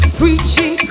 preaching